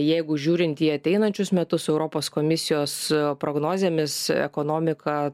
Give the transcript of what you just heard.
jeigu žiūrint į ateinančius metus europos komisijos prognozėmis ekonomika